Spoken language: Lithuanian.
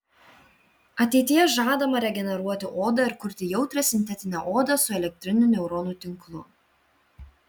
ateityje žadama regeneruoti odą ir kurti jautrią sintetinę odą su elektriniu neuronų tinklu